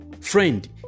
Friend